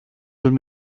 would